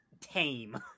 tame